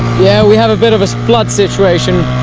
yeah we have a bit of a flood situation!